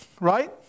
right